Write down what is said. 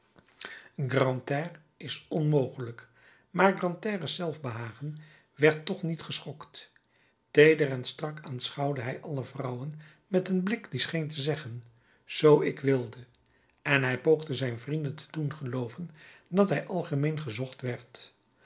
grantaire is onmogelijk maar grantaire's zelfbehagen werd toch niet geschokt teeder en strak aanschouwde hij alle vrouwen met een blik die scheen te zeggen zoo ik wilde en hij poogde zijn vrienden te doen gelooven dat hij algemeen gezocht werd